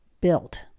built